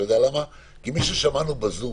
כי את מי שמענו בזום?